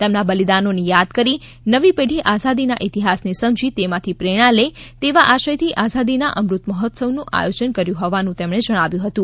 તેમના બલિદાનોને યાદ કરી નવી પેઢી આઝાદીના ઇતિહાસને સમજી તેમાથી પ્રેરણા લે તેવા આશયથી આઝાદીના અમૃત મહોત્સવનું આયોજન કરવામાં આવ્યું હોવાનું તેમણે જણાવ્યું હતું